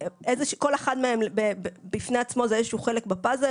כל אחד מהם בפני עצמו זה איזשהו חלק בפאזל